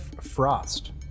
Frost